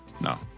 No